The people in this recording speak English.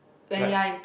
like